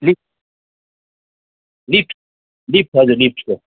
lift lift lift हजुर लिफ्टको